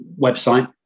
website